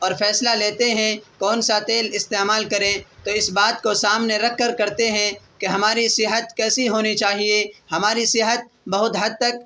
اور فیصلہ لیتے ہیں کون سا تیل استعمال کریں تو اس بات کو سامنے رکھ کر کرتے ہیں کہ ہماری صحت کیسی ہونی چاہیے ہماری صحت بہت حد تک